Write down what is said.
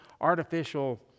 artificial